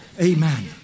amen